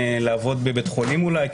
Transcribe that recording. לעבוד בבית חולים אולי?